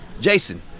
Jason